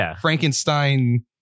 Frankenstein